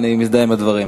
ואני מזדהה עם הדברים.